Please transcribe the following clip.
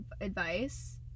advice